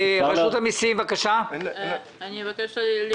רשות המיסים, בבקשה, אם אפשר בקצרה.